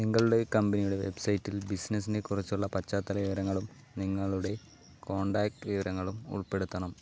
നിങ്ങളുടെ കമ്പനിയുടെ വെബ് സൈറ്റിൽ ബിസിനസ്സിനെക്കുറിച്ചുള്ള പശ്ചാത്തല വിവരങ്ങളും നിങ്ങളുടെ കോൺടാക്റ്റ് വിവരങ്ങളും ഉൾപ്പെടുത്തണം